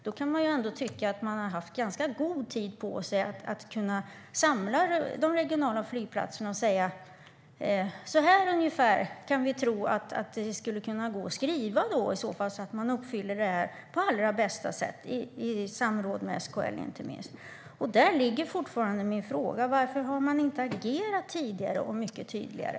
Då har det funnits god tid att samla representanter för de regionala flygplatserna och framföra hur lösningen kan skrivas för att uppfylla kraven på allra bästa sätt, inte minst i samråd med SKL. Där ligger fortfarande min fråga. Varför har man inte agerat tidigare och tydligare?